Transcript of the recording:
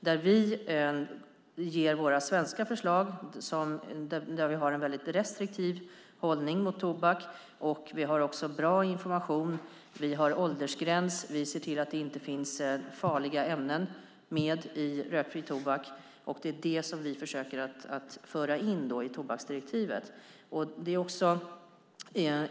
Vi ger där våra svenska förslag, som innebär att vi har en mycket restriktiv hållning mot tobak, att vi har bra information, att vi har åldersgräns, att vi ser till att det inte finns farliga ämnen i rökfri tobak. Det försöker vi föra in i tobaksdirektivet.